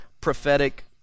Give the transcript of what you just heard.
prophetic